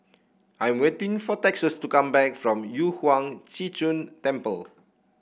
I'm waiting for Texas to come back from Yu Huang Zhi Zun Temple